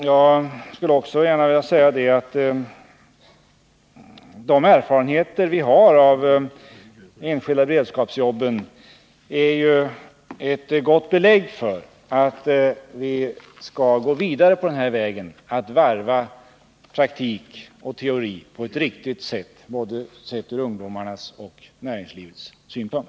Jag vill också gärna säga att de erfarenheter vi har av de Nr 30 enskilda beredskapsjobben ger ett gott belägg för att vi skall gå vidare på den Fredagen den här vägen — att varva praktik och teori på ett sådant sätt att det är riktigt sett 16 november 1979 från både ungdomarnas och näringslivets synpunkt.